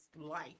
life